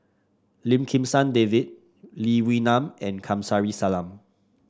Lim Kim San David Lee Wee Nam and Kamsari Salam